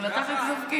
הוא לקח לי את התפקיד,